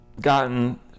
gotten